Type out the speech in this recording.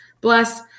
bless